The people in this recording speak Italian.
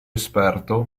esperto